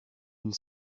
une